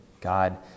God